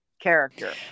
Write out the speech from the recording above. character